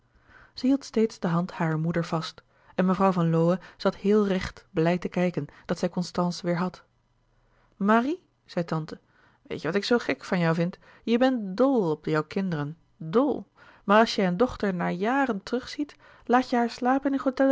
zij hield steeds de hand harer moeder vast en mevrouw van lowe zat heel recht blij te kijken dat zij constance weêr had marie zei tante weet je wat ik zoo ghek van jou vind jij bent ddl op jouw kinderen ddlll maar als jij een dochter na jaàaren terug ziet laat jij haar slapen